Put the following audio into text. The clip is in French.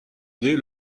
dès